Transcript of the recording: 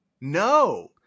No